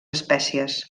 espècies